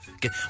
get